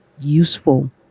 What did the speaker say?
useful